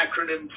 acronym